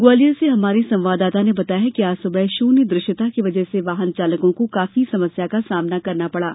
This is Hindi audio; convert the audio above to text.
ग्वालियर से हमारे संवाददाता ने बताया है कि आज सुबह शून्य दृश्यता की वजह से वाहन चालको को काफी समस्या का सामना करना पड़ा